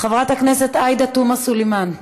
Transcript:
חברת הכנסת עאידה תומא סולימאן,